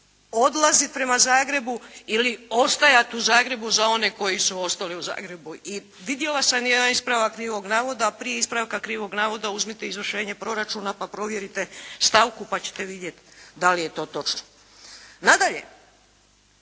odlaziti prema Zagrebu ili ostajati u Zagrebu za one koji su ostali u Zagrebu. I vidjela sam jedan ispravak krivog navoda, a prije ispravka krivog navoda uzmite izvršenje proračuna, pa provjerite stavku, pa ćete vidjeti da li je to točno. Nadalje.